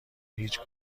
هیچ